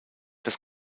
das